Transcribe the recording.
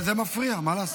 אבל זה מפריע, מה לעשות?